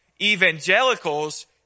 evangelicals